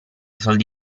soldi